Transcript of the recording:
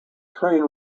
train